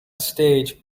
stage